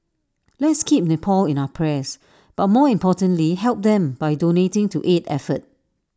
let's keep Nepal in our prayers but more importantly help them by donating to aid effort